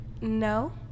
no